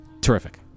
Terrific